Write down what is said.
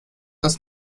das